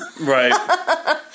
Right